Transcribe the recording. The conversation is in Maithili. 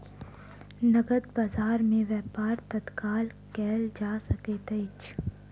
नकद बजार में व्यापार तत्काल कएल जा सकैत अछि